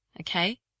Okay